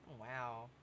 Wow